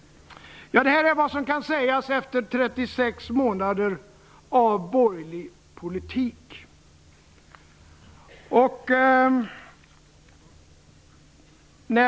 Ja, det här är alltså vad som kan sägas efter 36 månader av borgerlig politik.